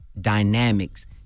dynamics